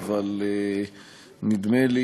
אבל נדמה לי